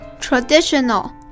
Traditional